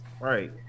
Right